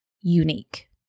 unique